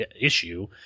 issue